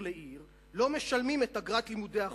לעיר לא משלמים את אגרת לימודי החוץ.